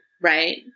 right